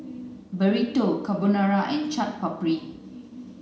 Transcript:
Burrito Carbonara and Chaat Papri